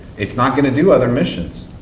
it's not gonna do other missions.